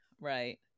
right